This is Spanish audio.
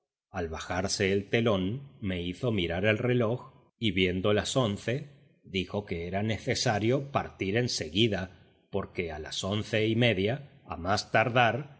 al bajarse el telón me hizo mirar el reloj y viendo las once dijo que era necesario partir en seguida porque a las once y media a más tardar